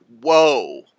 Whoa